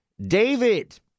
David